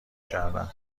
کردن